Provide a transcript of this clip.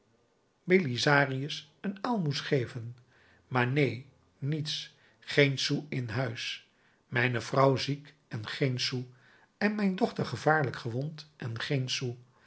belisarius een aalmoes geven maar neen niets geen sou in huis mijne vrouw ziek en geen sou en mijn dochter gevaarlijk gewond en geen sou